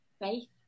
faith